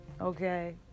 okay